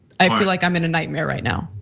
i feel like i'm in a nightmare right now.